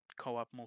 Co-op